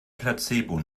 placebo